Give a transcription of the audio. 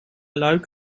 luik